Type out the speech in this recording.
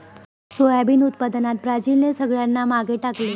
soybean उत्पादनात ब्राझीलने सगळ्यांना मागे टाकले